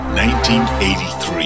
1983